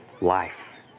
life